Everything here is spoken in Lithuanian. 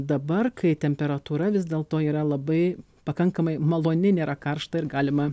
dabar kai temperatūra vis dėl to yra labai pakankamai maloni nėra karšta ir galima